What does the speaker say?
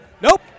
nope